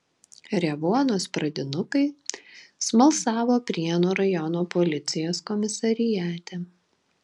revuonos pradinukai smalsavo prienų rajono policijos komisariate